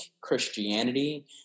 Christianity